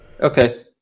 Okay